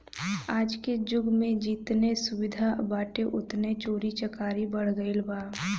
आजके जुग में जेतने सुविधा बाटे ओतने चोरी चकारी बढ़ गईल बा